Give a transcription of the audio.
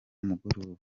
mugoroba